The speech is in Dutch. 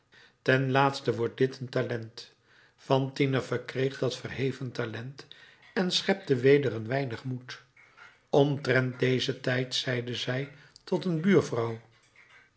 ten laatste wordt dit een talent fantine verkreeg dat verheven talent en schepte weder een weinig moed omtrent dezen tijd zeide zij tot een buurvrouw